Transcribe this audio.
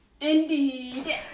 Indeed